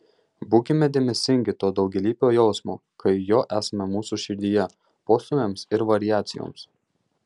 būkime dėmesingi to daugialypio jausmo kai jo esama mūsų širdyje postūmiams ir variacijoms